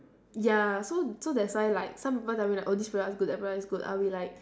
ya so so that's why like some people tell me like oh this product is good that product is good I'll be like